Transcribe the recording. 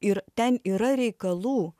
ir ten yra reikalų